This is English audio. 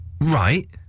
Right